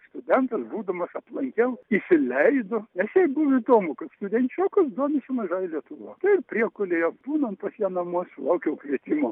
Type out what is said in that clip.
studentas būdamas aplankiau įsileido nes jai buvo įdomu kad studenčiokas domisi mažąja lietuva tai ir priekulėje būnant pas ją namuose laukiau kvietimo